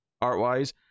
art-wise